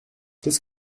qu’est